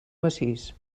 massís